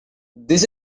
this